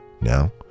Now